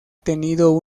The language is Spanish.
tenido